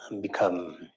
become